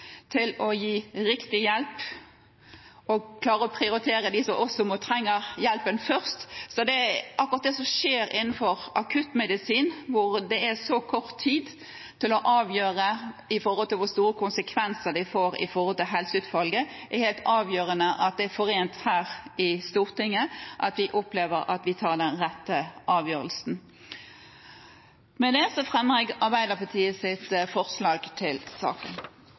til å gi riktig hjelp og klarer å prioritere dem som trenger hjelpen først. Akkurat når det gjelder akuttmedisin, der det er så kort tid til å avgjøre noe som kan få store konsekvenser for utfallet, er det helt avgjørende at det er forent her i Stortinget, og at vi tar den rette avgjørelsen. Med det fremmer jeg Arbeiderpartiets, Senterpartiets og SVs forslag til saken.